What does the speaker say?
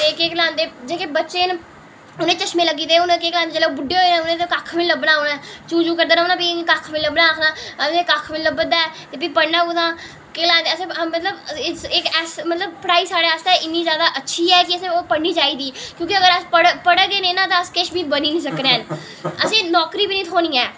ते केह् गलांदे न जेह्के बच्चे न उनेंगी चश्मा लग्गी दा उनें केह् करना जेल्लै बुड्ढे होङन ते कक्ख निं लब्भना उनें चूं चूं करदे रौह्ना भी कक्ख निं लब्भना ते कक्ख निं लब्भा दा ऐ ते असें इक्क मतलब की पढ़ाई साढ़े आस्तै इन्नी अच्छी ऐ की मतलब एह् असेंगी पढ़नी चाहिदी की के अस अगर पढ़गे नना ते अस किश बी बनी निं सकने न ते असेंगी नौकरी बी निं थ्होनी ऐ